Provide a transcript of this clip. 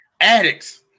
Addicts